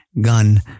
gun